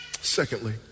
Secondly